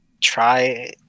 try